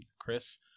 Chris